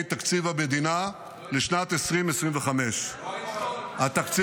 תקציב המדינה לשנת 2025. לא את כל --- לא,